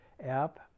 app